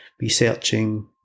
researching